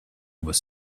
was